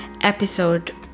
episode